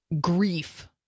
grief